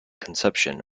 conception